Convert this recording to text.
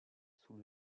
sous